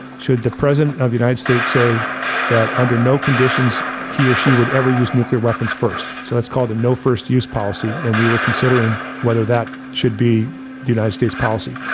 should the president of the united states say that under no conditions, he or she would ever use nuclear weapons first. so that's called a no first use policy. and we were considering whether that should be the united states policy.